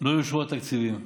יאושרו התקציבים,